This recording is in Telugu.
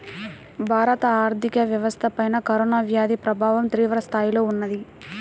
భారత ఆర్థిక వ్యవస్థపైన కరోనా వ్యాధి ప్రభావం తీవ్రస్థాయిలో ఉన్నది